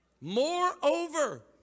Moreover